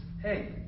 Hey